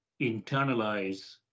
internalize